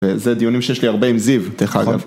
וזה דיונים שיש לי הרבה עם זיו, דרך אגב.